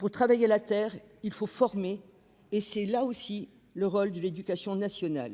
au travail de la terre ; c'est là aussi le rôle de l'éducation nationale.